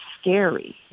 scary